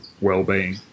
well-being